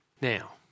Now